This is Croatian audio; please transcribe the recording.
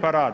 pa rade?